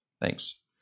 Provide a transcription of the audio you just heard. Thanks